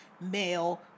male